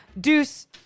Deuce